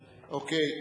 אוקיי,